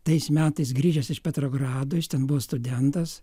tais metais grįžęs iš petrogrado jis ten buvo studentas